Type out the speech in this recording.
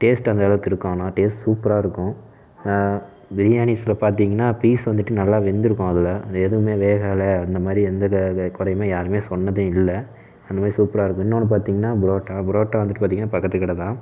taste அந்தளவுக்கு இருக்கும் ஆனால் டேஸ்ட்டு சூப்பராக இருக்கும் பிரியாணில பாத்திங்கனா பீஸ் வந்துவிட்டு நல்லா வெந்திருக்கும் அதில் அது எதுவுமே வேகலை அந்த மாதிரி எந்த குறையுமே யாருமே சொன்னதே இல்லை அந்த மாதிரி சூப்பராக இருக்கும் இன்னொன்னு பாத்திங்கனா புரோட்டா புரோட்டா வந்துவிட்டு பார்த்திங்கனா பக்கத்து கடை தான்